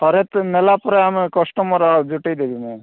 ଥରେ ତ ନେଲା ପରେ ଆମେ କଷ୍ଟମର୍ ଯୁଟାଇ ଦେବୁ ମୁଁ